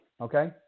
Okay